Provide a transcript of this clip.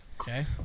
Okay